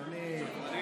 אני אומר לך.